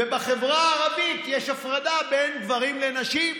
ובחברה הערבית יש הפרדה בין גברים לנשים.